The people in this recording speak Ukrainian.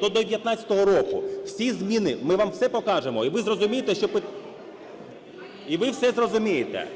до 19-го року всі зміни, ми вам все покажемо. І ви зрозумієте, що… І ви все зрозумієте.